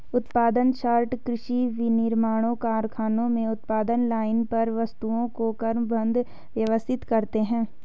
उत्पादन सॉर्टर कृषि, विनिर्माण कारखानों में उत्पादन लाइन पर वस्तुओं को क्रमबद्ध, व्यवस्थित करते हैं